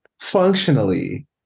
functionally